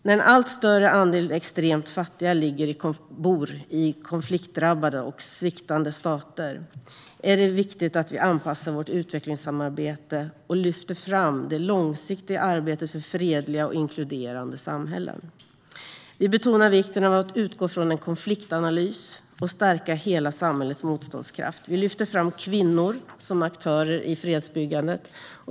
När en allt större andel extremt fattiga bor i konfliktdrabbade och sviktande stater är det viktigt att vi anpassar vårt utvecklingssamarbete och lyfter fram det långsiktiga arbetet för fredliga och inkluderande samhällen. Vi betonar vikten av att utgå från en konfliktanalys och stärka hela samhällets motståndskraft. Vi lyfter fram kvinnor som aktörer i fredsbyggandet.